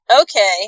okay